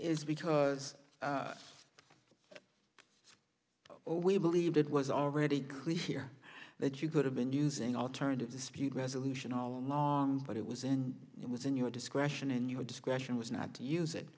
is because we believed it was already clear here that you could have been using alternative dispute resolution all along but it was and it was in your discretion in your discretion was not to use it